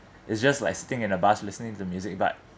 it's just like sitting in a bus listening to music but